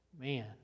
man